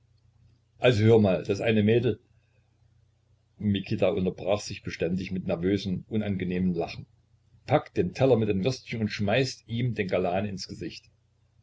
also hör mal das eine mädel mikita unterbrach sich beständig mit nervösem unangenehmem lachen packt den teller mit den würstchen und schmeißt ihn dem galan ins gesicht